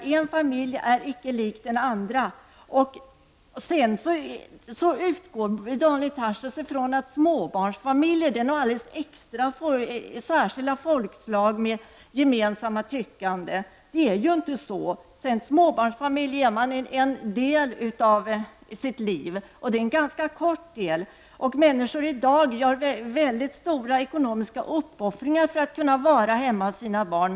Ingen familj är lik den andra. Daniel Tarschys tycks utgå från att småbarnsfamiljer är något alldeles extra, ett särskilt folkslag med gemensamt tyckande. Så är det ju inte. Småbarnsförälder är man under en ganska kort del av sitt liv. Människor gör i dag stora ekonomiska uppoffringar för att kunna stanna hemma hos sina barn.